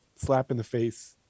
slap-in-the-face